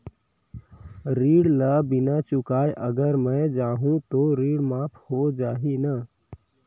ऋण ला बिना चुकाय अगर मै जाहूं तो ऋण माफ हो जाही न?